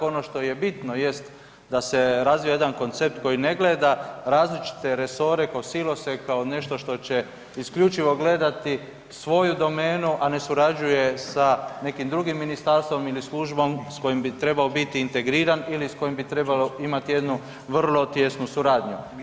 Ono što je bitno jest da se razvije jedan koncept koji ne gleda različite resore kao silose, kao nešto što će isključivo gledati svoju domenu a ne surađuje sa nekim drugim ministarstvom ili službom s kojim bi trebao biti integriran ili s kojim bi trebalo imati jednu vrlo tijesnu suradnju.